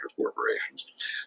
corporations